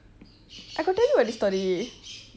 I got tell you [what] this story